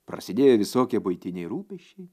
prasidėjo visokie buitiniai rūpesčiai